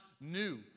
new